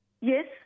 Yes